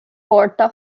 forta